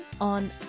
on